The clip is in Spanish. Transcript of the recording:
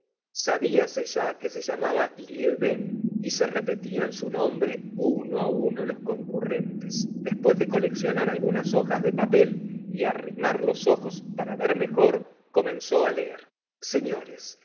consejero sabíase ya que se llamaba lieuvain y se repetían su nombre uno uno los concurrentes después de coleccionar algunas hojas de papel y arrimar los ojos para ver mejor comenzó leer señores